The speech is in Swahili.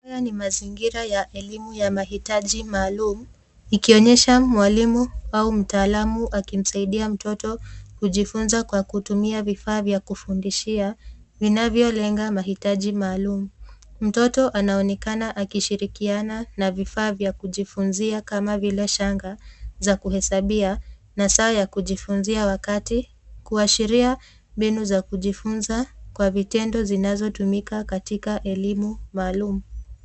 Haya ni mazingira ya elimu ya mahitaji maalum ikionyesha mwalimu au mtaalamu akimsaidia mtoto kujifunza kwa kutumia vifaa vya kufundishia vinavyolenga mahitaji maalum. Mtoto anaonekana akishirikiana na vifaa vya kujifunzia kama vile shanga za kuhesabia na saa ya kujifunzia wakati kuashiria mbinu za kujifunza kwa vitendo vinavyotumika katika vtendo maalum.